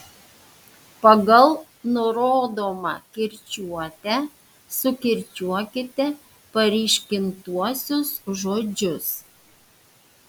pagal nurodomą kirčiuotę sukirčiuokite paryškintuosius žodžius